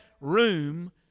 room